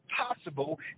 possible